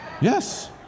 Yes